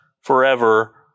forever